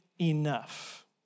enough